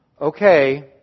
Okay